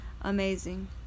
amazing